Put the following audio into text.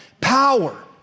power